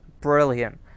brilliant